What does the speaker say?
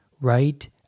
right